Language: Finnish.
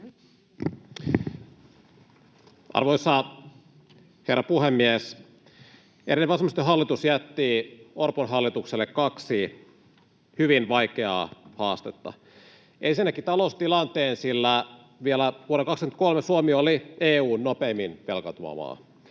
Arvoisa herra puhemies! Edellinen vasemmistohallitus jätti Orpon hallitukselle kaksi hyvin vaikeaa haastetta: Ensinnäkin taloustilanteen, sillä vielä vuonna 23 Suomi oli EU:n nopeimmin velkaantuva maa.